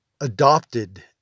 adopted